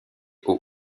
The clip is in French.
aux